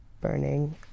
burning